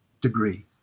degree